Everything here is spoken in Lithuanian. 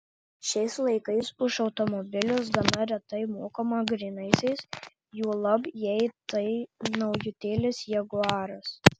šiais laikais už automobilius gana retai mokama grynaisiais juolab jei tai naujutėlis jaguaras